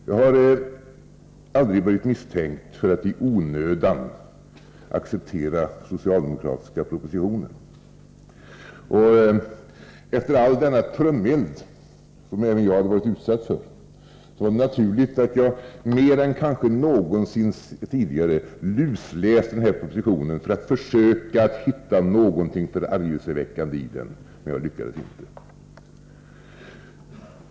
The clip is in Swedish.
Jag har aldrig varit misstänkt för att i onödan acceptera socialdemokratiska propositioner, och efter all denna trumeld som även jag varit utsatt för var det naturligt att jag mer än kanske någonsin tidigare lusläste den här propositionen för att försöka hitta någonting förargelseväckande i den. Jag hittade det inte.